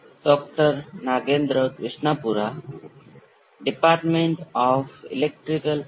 હવે આપણે જે પ્રોટોટાઇપ અને ક્વાલિટી ફેક્ટર મેળવો